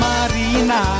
Marina